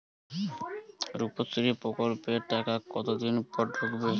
রুপশ্রী প্রকল্পের টাকা কতদিন পর ঢুকবে?